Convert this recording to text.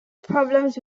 problems